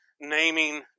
naming